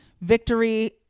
victory